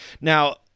Now